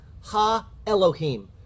ha-Elohim